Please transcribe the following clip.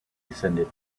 descended